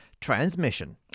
transmission